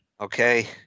Okay